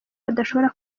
badashobora